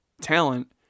talent